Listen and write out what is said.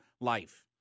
life